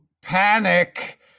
panic